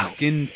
Skin